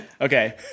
Okay